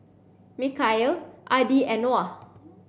Mikhail Adi and Noah